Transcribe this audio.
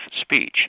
speech